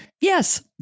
yes